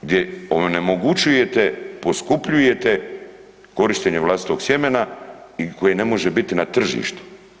Gdje onemogućujete, poskupljujete korištenje vlastitog sjemena i koje ne može biti na tržištu.